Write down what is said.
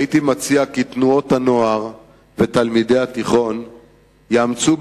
הייתי מציע כי תנועות הנוער ותלמידי התיכון יאמצו,